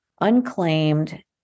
unclaimed